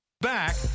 Back